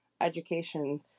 education